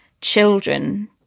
children